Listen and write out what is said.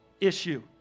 issue